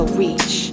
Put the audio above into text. reach